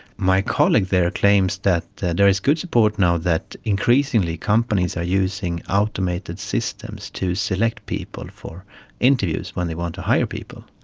my colleague there claims that that there is good support now that increasingly companies are using automated systems to select people for interviews when they want to hire people.